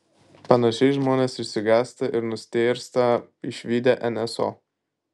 panašiai žmonės išsigąsta ir nustėrsta išvydę nso